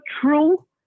true